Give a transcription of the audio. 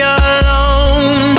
alone